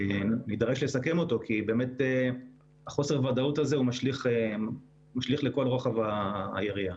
שנידרש לסכם אותו כי באמת חוסר הוודאות הזה משליך לכל רוחב היריעה.